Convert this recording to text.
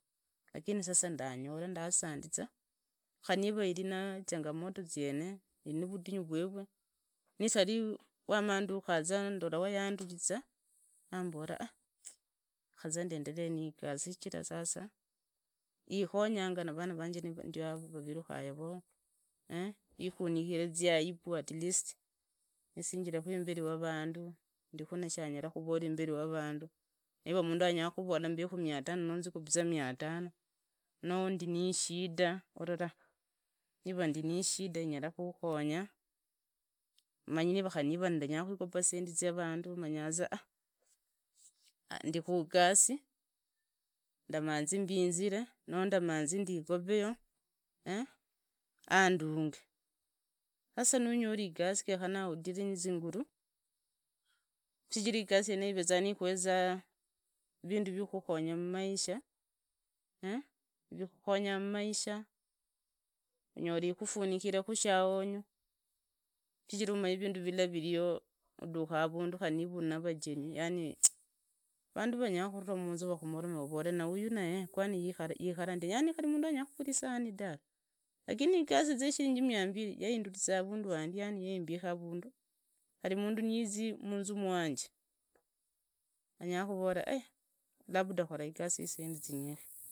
Lakini sasa ndanyola ndasandiza khani niva si na chunganiote ziene ivi na rudinyu vwerwe ntari, wamandukaza ndonaa wayunduriza, mambora reka za ndendelee nigasi ikhonyanga na ndio vana vanje kafaro vavivakanga eeh, ikhuniren zilaibu atleast nisinjire imbari wamandu, ndikhu nashanyalakhuvola vandu, no niva mundu anyala khumbola mbekhu mia tano noo zingobiziraa miatono noo ndini ishida urori nivo ndinishuka myarakhukonya manyi nira nyala khukopa zisendi zia vandu munyaza ndikhugasi, ndamanzi mbinzire noo ndamanzi nzigope yoo enduge, sasa nunyeli igasi, genyekhane uhinzire nizingure shichira igasi yeniyi ikhueza vindu viakhukhukonya mumaisha, vikhukhonga mumaisha, unyori ikhufunikhire shaonyo, shichira umanyi vindu villa riro nudhuka arundu uri navejeni, vandu vanyala khuvila munaa kakhunzorome vavore khari uyu naye ikhara ndi yani mundu anyala khugara isabuni tawe, lakini igasi za ya shiringi miambili yandurizaavandu khari mundu niyizi munzu mwanje anyaru khurora ai labda khora igosi yazisendi zindai zinyikhi.